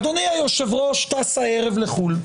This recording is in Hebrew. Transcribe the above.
אדוני היושב-ראש טס הערב לחו"ל.